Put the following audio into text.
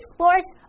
Sports